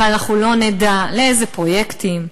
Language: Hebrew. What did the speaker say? אבל אנחנו לא נדע לאיזה פרויקטים.